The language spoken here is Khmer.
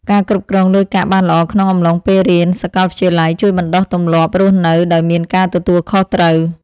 ការគ្រប់គ្រងលុយកាក់បានល្អក្នុងអំឡុងពេលរៀនសាកលវិទ្យាល័យជួយបណ្តុះទម្លាប់រស់នៅដោយមានការទទួលខុសត្រូវ។